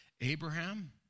Abraham